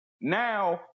now